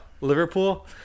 Liverpool